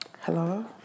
Hello